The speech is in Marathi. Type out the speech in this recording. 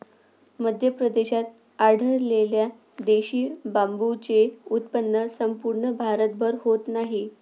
मध्य प्रदेशात आढळलेल्या देशी बांबूचे उत्पन्न संपूर्ण भारतभर होत नाही